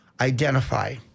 identify